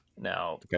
Now